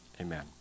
Amen